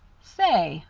say,